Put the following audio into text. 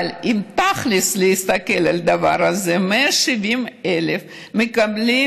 אבל אם תכל'ס להסתכל על הדבר הזה, 170,000 מקבלים